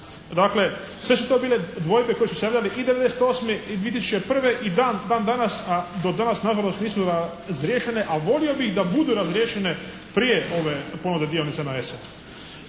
Dakle sve su to bile dvojbe koje su se javljale i 1998. i 2001. i dan, dan danas, a do danas nažalost nisu razriješene a volio bih da budu razriješene prije ove ponude dionicama na